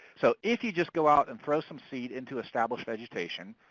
so if you just go out and throw some seed into established vegetation,